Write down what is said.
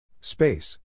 Space